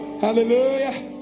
hallelujah